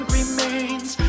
remains